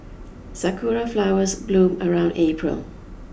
sakura flowers bloom around April